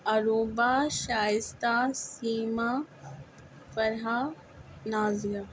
Arooba Shaista Seema Farha Nazia